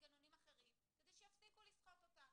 מנגנונים אחרים כדי שיפסיקו לסחוט אותה.